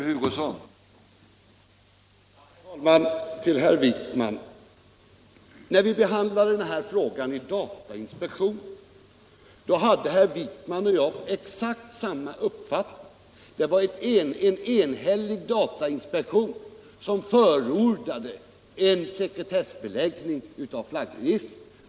Herr talman! Till herr Wijkman vill jag säga följande. När vi behandlade den här frågan i datainspektionen hade herr Wijkman och jag exakt samma uppfattning. Det var en enhällig datainspektion som förordade en sekretessbeläggning av flaggregistret.